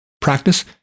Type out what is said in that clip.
practice